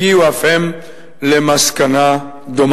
הגיעו אף הם למסקנה דומה.